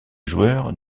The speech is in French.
joueur